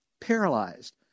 paralyzed